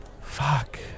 Fuck